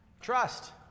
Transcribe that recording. trust